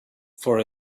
for